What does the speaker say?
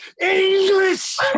English